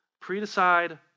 Pre-decide